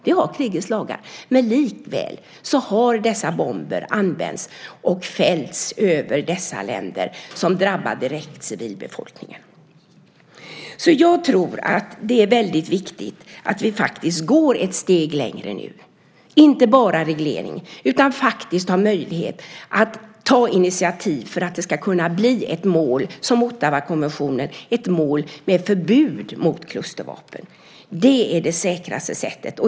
Vi har krigets lagar, men likväl har dessa bomber använts och fällts över dessa länder och direkt drabbat civilbefolkningen. Jag tror att det är väldigt viktigt att vi nu faktiskt går ett steg längre och inte bara har en reglering utan faktiskt tar initiativ för att det ska kunna bli ett mål som Ottawakonventionen med ett förbud mot klustervapen. Det är det säkraste sättet.